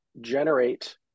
generate